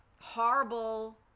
horrible